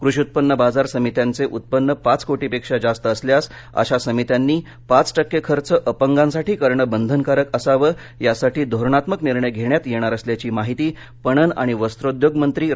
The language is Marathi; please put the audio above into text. कृषी उत्पन्न बाजार समित्यांचे उत्पन्न पाच कोटीपेक्षा जास्त असल्यास अशा समित्यांनी पाच टक्के खर्च अपंगासाठी करणे बंधनकारक असावे यासाठी धोरणात्मक निर्णय घेण्यात येणार असल्याची माहिती पणन आणि वस्त्रोद्योग मंत्री प्रा